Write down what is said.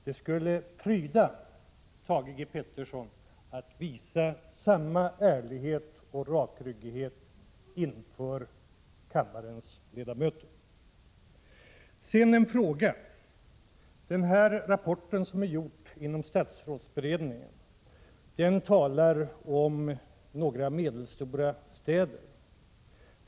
Det skulle vara en prydnad om Thage G. Peterson visade samma ärlighet och rakryggade hållning inför kammarens ledamöter. Jag har en fråga: Rapporten som har gjorts inom statsrådsberedningen talar om några medelstora städer.